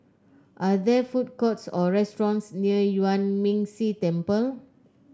are there food courts or restaurants near Yuan Ming Si Temple